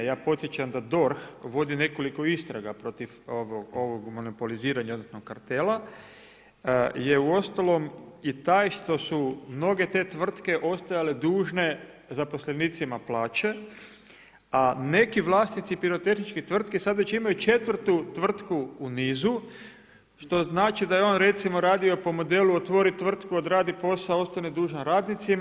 Ja podsjećam da DORH vodi nekoliko istraga protiv ovog monopoliziranja, odnosno kartela je uostalom i taj što su mnoge te tvrtke ostajale dužne zaposlenicima plaće a neki vlasnici pirotehničkih tvrtki sada već imaju 4.-tu tvrtku u nizu što znači da je on recimo radio po modelu otvori tvrtku, odradi posao, ostani dužan radnicima.